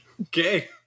Okay